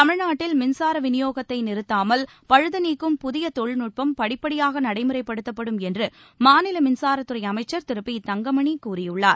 தமிழ்நாட்டில் மின்சார விநியோகத்தை நிறுத்தாமல் பழுதுநீக்கும் புதிய தொழில்நுட்பம் படிப்படியாக நடைமுறைப்படுத்தப்படும் என்று மாநில மின்சாரத்துறை அமைச்சர் திரு பி தங்கமணி கூறியுள்ளார்